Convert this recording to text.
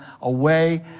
away